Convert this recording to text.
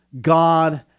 god